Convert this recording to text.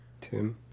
Tim